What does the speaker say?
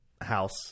house